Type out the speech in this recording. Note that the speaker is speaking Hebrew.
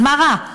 אז מה רע?